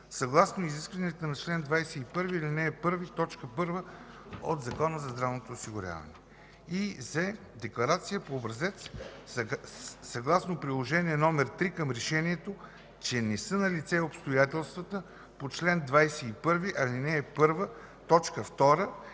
съгласно изискването на чл. 21, ал. 1, т. 1 от Закона за здравното осигуряване; з) декларация по образец съгласно приложение № 3 към решението, че не са налице обстоятелствата по чл. 21, ал. 1,